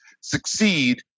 succeed